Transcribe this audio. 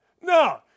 No